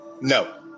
No